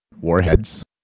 Warheads